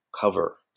cover